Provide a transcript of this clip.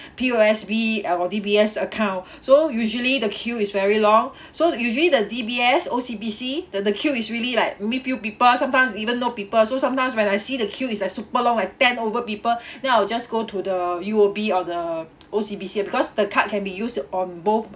P_O_S_B or D_B_S account so usually the queue is very long so usually the D_B_S O_C_B_C the the queue is really like only few people sometimes even no people so sometimes when I see the queue is like super long like ten over people then I will just go to the U_O_B or the O_C_B_C ah because the card can be used on both